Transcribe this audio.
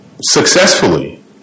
successfully